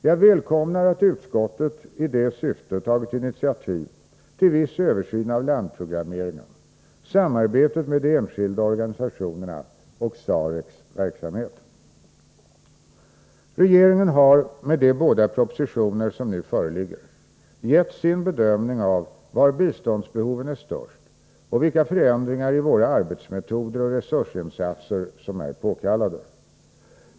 Jag välkomnar att utskottet i det syftet tagit initiativ till viss översyn av landprogrammeringen, samarbetet med de enskilda organisationerna och SAREC:s verksamhet. Regeringen har med de båda propositioner som nu föreligger gett sin bedömning av var biståndsbehoven är störst och vilka förändringar i våra arbetsmetoder och resursinsatser som är påkallade.